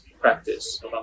practice